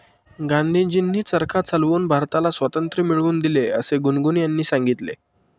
गांधीजींनी चरखा चालवून भारताला स्वातंत्र्य मिळवून दिले असे गुनगुन यांनी सांगितले